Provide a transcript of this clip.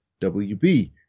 WB